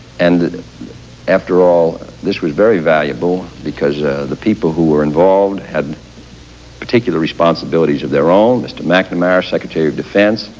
and after all this was very valuable because of the people who were involved had particular responsibilities of their own. mr. mcnamara, secretary of defense,